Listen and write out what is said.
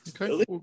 okay